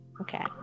Okay